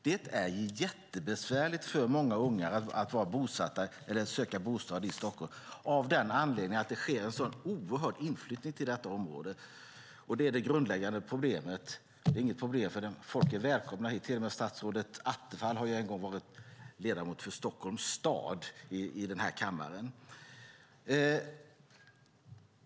Det är jättebesvärligt för många unga som söker bostad i Stockholm, av den anledningen att det sker en oerhörd inflyttning till detta område. Det är det grundläggande problemet. Egentligen är det inget problem, folk är välkomna hit. Till och med statsrådet Attefall har en gång varit ledamot för Stockholms stad i denna kammare.